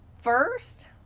first